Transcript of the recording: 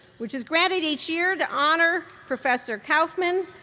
which is granted each year to honor professor kaufman,